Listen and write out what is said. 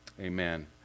Amen